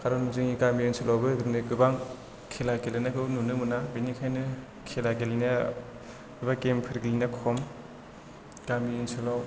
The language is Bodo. खारन जोंनि गामि ओनसोलावबो दिनै गोबां खेला गेलेनायखौ नुनो मोनो बेनिखायनो खेला गेलेनाया एबा गेमफोर गेलेनाया खम गामि ओनसोलाव